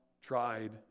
tried